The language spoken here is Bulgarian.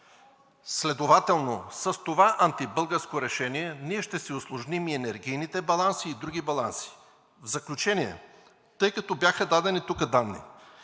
Следователно с това антибългарско решение ние ще си усложним и енергийните баланси, и други баланси. В заключение, тъй като бяха дадени тук данни.